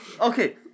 Okay